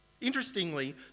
Interestingly